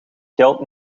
geld